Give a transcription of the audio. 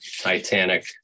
titanic